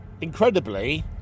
incredibly